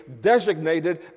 designated